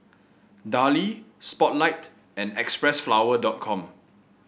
Darlie Spotlight and Xpressflower Com